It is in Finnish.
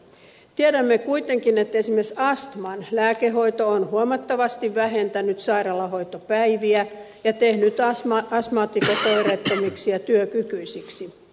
tiedämme kuitenkin että esimerkiksi astman lääkehoito on huomattavasti vähentänyt sairaalahoitopäiviä ja tehnyt astmaatikot oireettomiksi ja työkykyisiksi